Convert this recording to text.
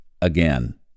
again